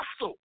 Russell